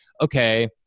okay